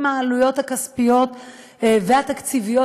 עם העלויות הכספיות והתקציביות,